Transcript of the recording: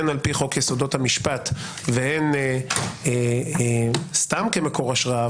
הן על פי חוק יסודות המשפט והן סתם כמקור השראה,